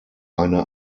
eine